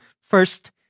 first